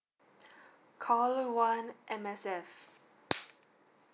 call one M_S_F